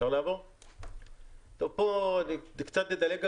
קצת נדלג.